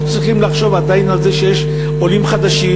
אנחנו צריכים לחשוב עדיין על זה שיש עולים חדשים,